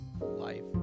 life